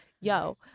Yo